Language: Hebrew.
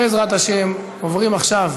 בעזרת השם, עוברים עכשיו